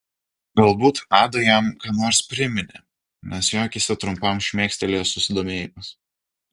galbūt ada jam ką nors priminė nes jo akyse trumpam šmėkštelėjo susidomėjimas